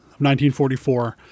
1944